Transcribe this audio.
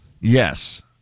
Yes